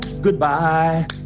goodbye